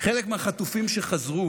חלק מהחטופים שחזרו